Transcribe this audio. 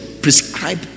prescribe